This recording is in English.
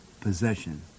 possession